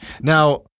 Now